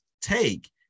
take